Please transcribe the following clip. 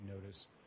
notice